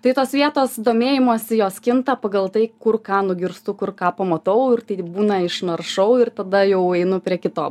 tai tos vietos domėjimosi jos kinta pagal tai kur ką nugirstu kur ką pamatau ir tai būna išnaršau ir tada jau einu prie kito